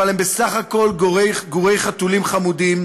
אבל הם בסך הכול גורי חתולים חמודים,